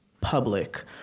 public